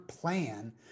plan